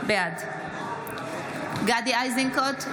בעד גדי איזנקוט,